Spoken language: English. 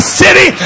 city